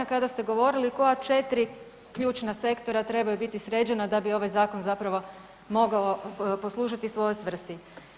Kada ste govorili koja 4 ključna sektora trebaju biti sređena da bi ovaj zakon zapravo mogao poslužiti svoj svrsi.